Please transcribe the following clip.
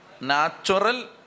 Natural